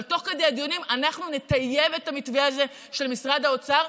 תוך כדי הדיונים אנחנו נטייב את המתווה הזה של משרד האוצר,